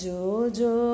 Jojo